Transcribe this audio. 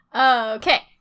Okay